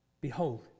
behold